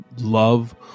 love